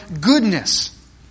goodness